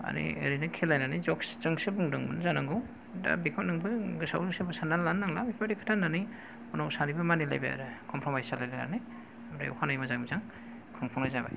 मानि खेलायननै ओरैनो खेलायनानै जकस जोंसो बुंदोंमोन जानांगौ दा बेखौ नोंबो गोसोआव जेबो सानना लानो नांला बेबादि खोथा होनानै उनाव सानैबो मानिलायबाय आरो कमफ्रमायस जालायनानै ओमफ्राय अखानायै मोजाङै मोजां खुंफुंनाय जाबाय